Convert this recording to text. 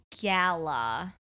Gala